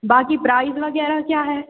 बाकि प्राइज़ वगैरह क्या है